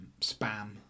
Spam